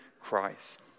Christ